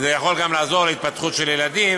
וזה יכול גם לעזור להתפתחות של ילדים.